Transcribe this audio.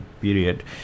period